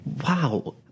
Wow